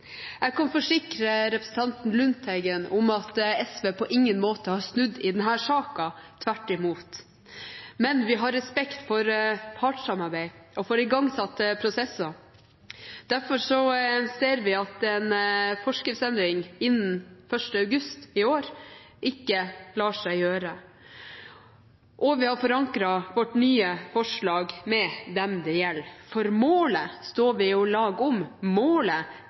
Jeg kan forsikre representanten Lundteigen om at SV på ingen måte har snudd i denne saken – tvert imot – men vi har respekt for partssamarbeid og for igangsatte prosesser. Derfor ser vi at en forskriftsendring innen 1. august i år ikke lar seg gjøre. Vi har også forankret vårt nye forslag med dem det gjelder. For målet står vi i lag om, målet